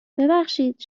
ببخشید